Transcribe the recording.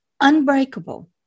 unbreakable